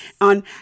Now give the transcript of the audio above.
on